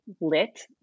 lit